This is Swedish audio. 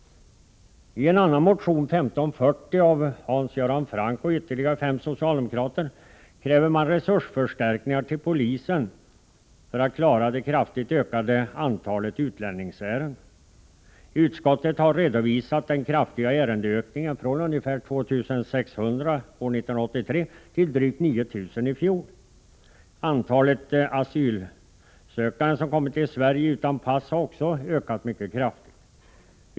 I en annan motion — 1540, av Hans Göran Franck och ytterligare fem socialdemokrater — kräver man resursförstärkningar till polisen för att klara det kraftigt ökade antalet utlänningsärenden. Utskottet har redovisat den kraftiga ärendeökningen från ungefär 2 600 år 1983 till drygt 9 000 i fjol. Antalet asylsökande som kommit till Sverige utan pass har också ökat mycket kraftigt.